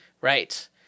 right